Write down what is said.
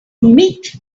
meet